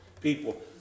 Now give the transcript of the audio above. people